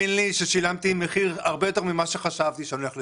האמן לי ששילמתי מחיר הרבה יותר גבוה ממה שחשבתי שאני הולך לשלם,